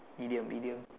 idiom idiom